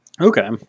Okay